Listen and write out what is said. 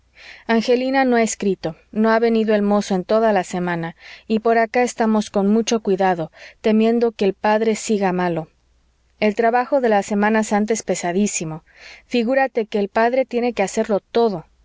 angelina no ha escrito no ha venido el mozo en toda la semana y por acá estamos con mucho cuidado temiendo que el padre siga malo el trabajo de la semana santa es pesadísimo figúrate que el padre tiene que hacerlo todo